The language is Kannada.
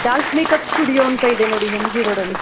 ಡಾಲ್ಸ್ ಮೇಕಪ್ ಸ್ಟುಡಿಯೋ ಅಂತ ಇದೆ ನೋಡಿ ಎಮ್ ಜಿ ರೋಡಲ್ಲಿ